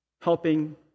helping